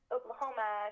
Oklahoma